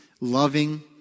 Loving